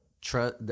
trust